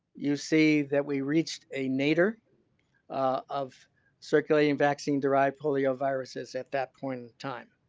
you see that we reached a nadir of circulating vaccine derived polioviruses at that point in time.